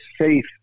safe